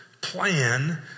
plan